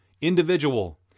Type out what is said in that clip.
Individual